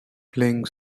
playing